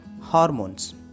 hormones